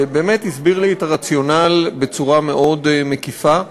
שבאמת הסביר לי את הרציונל בצורה מאוד מקיפה,